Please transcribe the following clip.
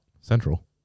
Central